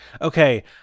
Okay